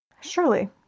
Surely